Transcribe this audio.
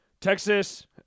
Texas